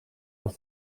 nach